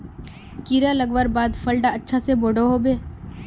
कीड़ा लगवार बाद फल डा अच्छा से बोठो होबे?